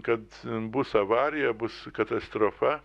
kad bus avarija bus katastrofa